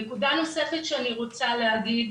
נקודה נוספת שאני רוצה להעלות,